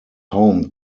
home